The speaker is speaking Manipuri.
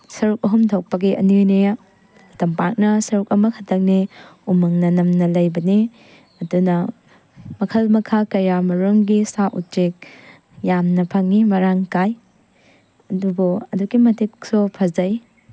ꯁꯔꯨꯛ ꯑꯍꯨꯝ ꯊꯣꯛꯄꯒꯤ ꯑꯅꯤꯅꯦ ꯇꯝꯄꯥꯛꯅ ꯁꯔꯨꯛ ꯑꯃꯈꯛꯇꯪꯅꯦ ꯎꯃꯪꯅ ꯅꯝꯅ ꯂꯩꯕꯅꯤ ꯑꯗꯨꯅ ꯃꯈꯜ ꯃꯈꯥ ꯀꯌꯥ ꯃꯔꯨꯝꯒꯤ ꯁꯥ ꯎꯆꯦꯛ ꯌꯥꯝꯅ ꯐꯪꯏ ꯃꯔꯥꯡ ꯀꯥꯏ ꯑꯗꯨꯕꯨ ꯑꯗꯨꯛꯀꯤ ꯃꯇꯤꯛꯁꯨ ꯐꯖꯩ